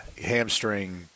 hamstring –